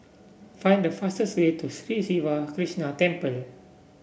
find the fastest way to Sri Siva Krishna Temple